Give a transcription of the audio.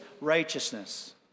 righteousness